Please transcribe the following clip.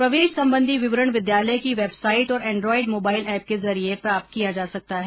प्रवेश संबंधी विवरण विद्यालय की वेबसाइट और एंड्रोएड मोबाइल एप के जरिये प्राप्त किया जा सकता है